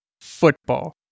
football